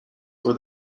for